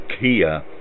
Kia